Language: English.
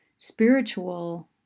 spiritual